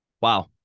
Wow